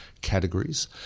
categories